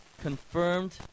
confirmed